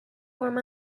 warm